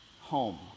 home